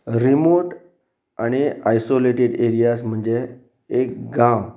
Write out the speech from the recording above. remote आनी isolated areas म्हणजे एक गांव